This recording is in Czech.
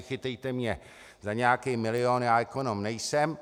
Nechytejte mě za nějaký milion, já ekonom nejsem.